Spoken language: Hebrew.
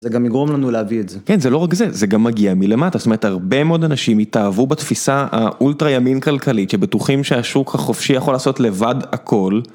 זה גם יגרום לנו להביא את זה. כן, זה לא רק זה, זה גם מגיע מלמטה. זאת אומרת, הרבה מאוד אנשים התאהבו בתפיסה האולטרה ימין כלכלית, שבטוחים שהשוק החופשי יכול לעשות לבד הכל.